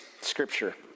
scripture